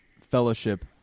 Fellowship